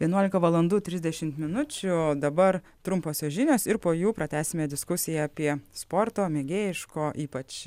vienuolika valandų trisdešimt minučių dabar trumposios žinios ir po jų pratęsime diskusiją apie sporto mėgėjiško ypač